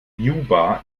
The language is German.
juba